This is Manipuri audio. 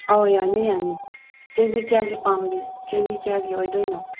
ꯑꯧ ꯌꯥꯅꯤ ꯌꯥꯅꯤ ꯀꯦ ꯖꯤ ꯀꯌꯥꯒꯤ ꯄꯥꯝꯕꯤ ꯀꯦ ꯖꯤ ꯀꯌꯥꯒꯤ ꯑꯣꯏꯗꯣꯏꯅꯣ